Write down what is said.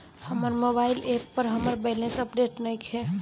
हमर mobile app पर हमर बैलेंस अपडेट नइखे